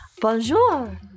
Bonjour